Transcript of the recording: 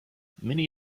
many